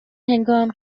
هنگام